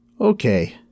Okay